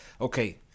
Okay